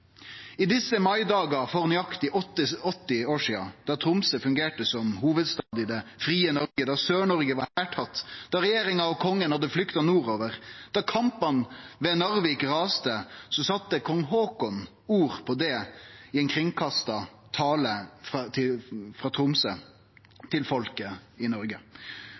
I desse maidagar for nøyaktig 88 år sidan, da Tromsø fungerte som hovudstad i det frie Noreg, da Sør-Noreg var hærtatt, da regjeringa og kongen hadde flykta nordover, da kampane ved Narvik rasa, sette kong Haakon ord på det i ein kringkasta tale frå Tromsø til folket i Noreg.